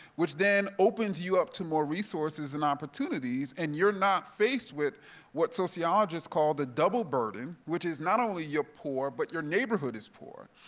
which then opens you up to more resources and opportunities, and you're not faced with what sociologists call the double burden. which is, not only you're poor, but your neighborhood is poor,